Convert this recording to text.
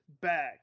back